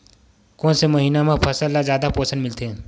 कोन से महीना म फसल ल जादा पोषण मिलथे?